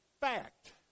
fact